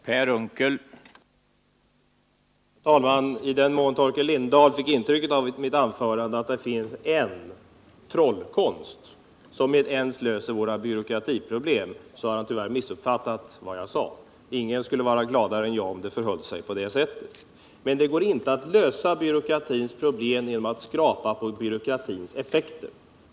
Herr talman! I den mån Torkel Lindahl av mitt anförande fick intrycket att det finns en trollkonst som med ens skulle kunna lösa våra byråkratiproblem har han tyvärr missuppfattat vad jag sade. Ingen skulle vara gladare än jag om det förhöll sig på det sättet. Men det går inte att lösa byråkratins problem genom att skrapa på byråkratins effekter.